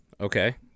Okay